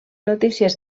notícies